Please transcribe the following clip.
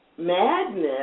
Madness